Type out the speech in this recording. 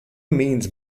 means